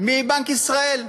מבנק ישראל.